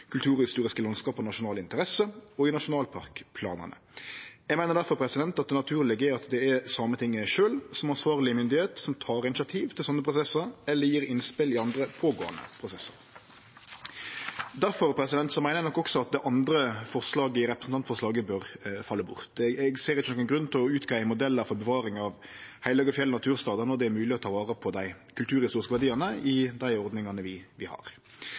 Kulturhistoriske landskap av nasjonal interesse, og i nasjonalparkplanane. Eg meiner difor at det naturlege er at det er Sametinget sjølv som ansvarleg myndigheit som tek initiativ til slike prosessar eller gjev innspel i andre, pågåande prosessar. Difor meiner eg nok også at det andre forslaget i representantforslaget bør falle bort. Eg ser ikkje nokon grunn til å greie ut modellar for bevaring av heilage fjell og naturstader når det er mogleg å ta vare på dei kulturhistoriske verdiane i dei ordningane vi har. Så forstår eg at Miljøpartiet Dei Grøne har